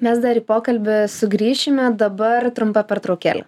mes dar į pokalbį sugrįšime dabar trumpa pertraukėlė